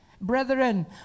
Brethren